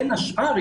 בין השאר,